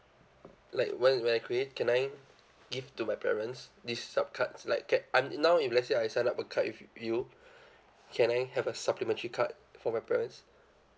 like when when I create can I give to my parents this sub cards like ca~ now if let's say I sign up a card with you can I have a supplementary card for my parents